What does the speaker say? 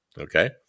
okay